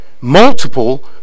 multiple